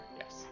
Yes